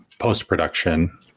post-production